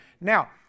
Now